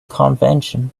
convention